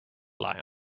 lie